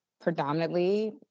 predominantly